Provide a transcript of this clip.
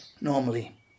normally